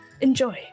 enjoy